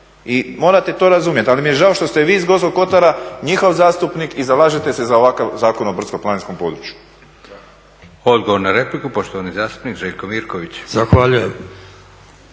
I morate to razumjeti. Ali mi je žao što ste vi iz Gorskog kotara njihov zastupnik i zalažete se za ovakav Zakon o brdsko-planinskom području. **Leko, Josip (SDP)** Odgovor na repliku, poštovani zastupnik Željko Mirković. **Mirković,